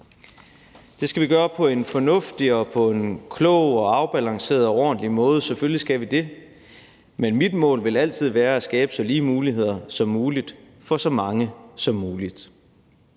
Det skal vi gøre på en fornuftig og en klog, afbalanceret og ordentlig måde. Selvfølgelig skal vi det. Men mit mål vil altid være at skabe så lige muligheder som muligt for så mange som muligt.